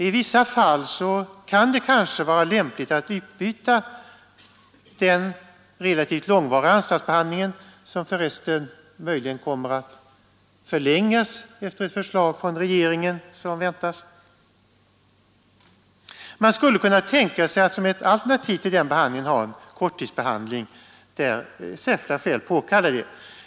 I vissa fall kan det kanske vara lämpligt att som ett alternativ byta ut den relativt långvariga anstaltsbehandlingen — vilken för resten möjligen kommer att förlängas efter ett förslag från regeringen som väntas — mot korttidsbehandling där särskilda skäl så påkallar.